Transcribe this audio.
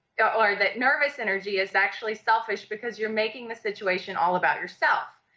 or that nervous energy is actually selfish, because you're making the situation all about yourself.